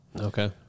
Okay